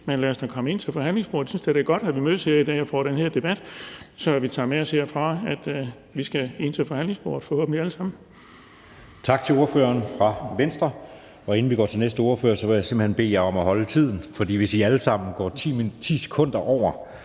Men lad os da komme til forhandlingsbordet. Jeg synes da, det er godt, at vi mødes her i dag og får den her debat. Så vi tager med os herfra, at vi forhåbentlig alle sammen skal med ind til forhandlingsbordet. Kl. 13:49 Anden næstformand (Jeppe Søe): Tak til ordføreren for Venstre. Inden vi går til næste ordfører, vil jeg simpelt hen bede jer om at holde tiden, for hvis I alle sammen går 10 sekunder over,